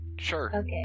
Sure